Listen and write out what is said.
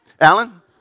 Alan